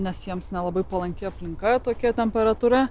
nes jiems nelabai palanki aplinka tokia temperatūra